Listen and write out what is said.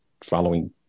following